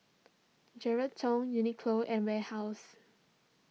Geraldton Uniqlo and Warehouse